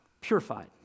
purified